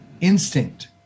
instinct